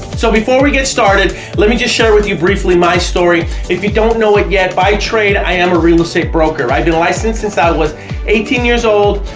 so before we get started let me just share with you briefly my story if you don't know it yet by trade i am a real estate broker. i've been licensed since i was eighteen years old,